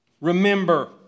Remember